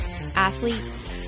athletes